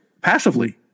passively